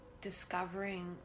discovering